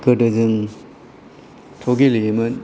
गोदो जोंथ' गेलेयोमोन